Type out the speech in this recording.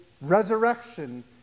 resurrection